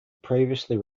previously